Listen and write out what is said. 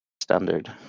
standard